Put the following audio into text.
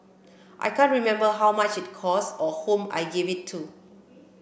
I can't remember how much it cost or whom I gave it to